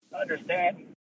understand